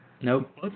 Nope